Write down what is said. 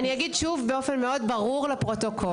אני אגיד שוב באופן ברור מאוד לפרוטוקול.